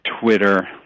Twitter